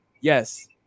Yes